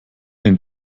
den